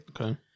Okay